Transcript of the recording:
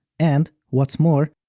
and what's more,